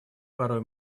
порой